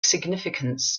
significance